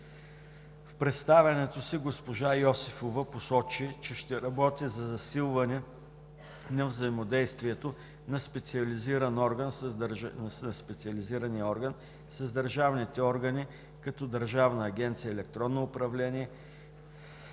В представянето си госпожа Йосифова посочи, че ще работи за засилване на взаимодействието на специализирания орган с държавните органи, като Държавна агенция „Електронно управление“,